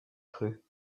creux